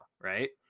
right